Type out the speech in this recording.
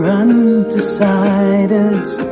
undecideds